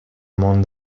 món